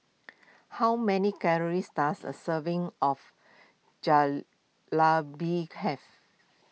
how many calories does a serving of Jalebi have